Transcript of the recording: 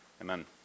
Amen